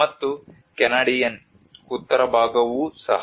ಮತ್ತು ಕೆನಡಿಯನ್ ಉತ್ತರ ಭಾಗವೂ ಸಹ